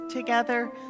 Together